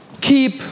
keep